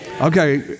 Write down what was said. Okay